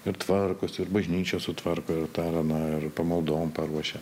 ir tvarkosi ir bažnyčią sutvarko ir tą ar aną ir pamaldom paruošia